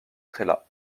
trélat